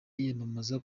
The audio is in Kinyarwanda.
yiyamamaza